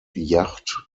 yacht